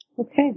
Okay